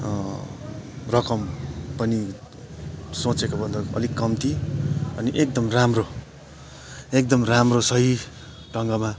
रकम पनि सोचेको भन्दा अलिक कम्ती अनि एकदम राम्रो एकदम राम्रो सही ढङ्गमा